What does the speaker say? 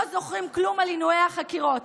לא זוכרים כלום על עינויי החקירות.